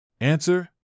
Answer